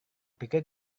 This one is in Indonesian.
pikir